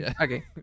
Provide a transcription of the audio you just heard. Okay